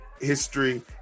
history